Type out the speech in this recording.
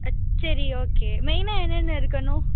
ஆ சரி ஓகே மெயினாக என்னென்ன இருக்கணும்